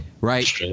right